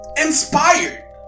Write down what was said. inspired